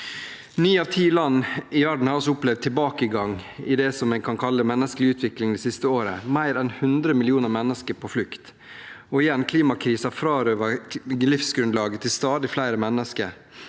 Ni av ti land i verden har altså opplevd tilbakegang i det en kan kalle menneskelig utvikling det siste året. Mer enn 100 millioner mennesker er på flukt. Og igjen: Klimakrisen frarøver livsgrunnlaget til stadig flere mennesker.